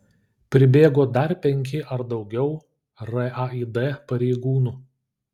pribėgo dar penki ar daugiau raid pareigūnų